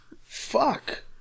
Fuck